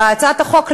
בהצעת החוק,